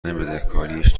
بدهکاریش